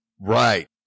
Right